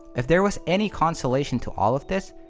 if there was any consolation to all of this,